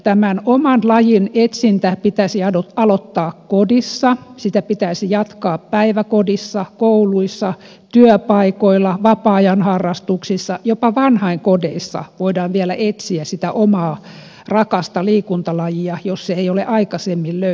tämän oman lajin etsintä pitäisi aloittaa kodissa sitä pitäisi jatkaa päiväkodissa kouluissa työpaikoilla vapaa ajan harrastuksissa jopa vanhainkodeissa voidaan vielä etsiä sitä omaa rakasta liikuntalajia jos se ei ole aikaisemmin löytynyt